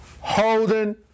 holding